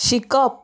शिकप